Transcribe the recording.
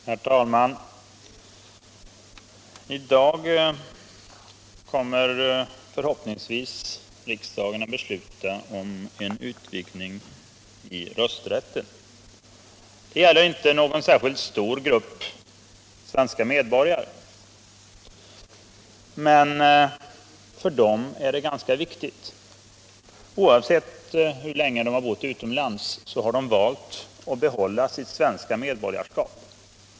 Herr talman! I dag kommer förhoppningsvis riksdagen att besluta om utvidgning i rösträtten. Det är inte någon särskilt stor grupp svenska medborgare det berör, men för dem är det ganska viktigt. Oavsett hur länge de har bott utomlands har de valt att behålla sitt svenska medborgarskap.